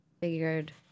figured